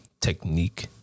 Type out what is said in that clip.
technique